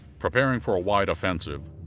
preparing for a wide offensive,